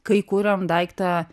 kai kuriam daiktą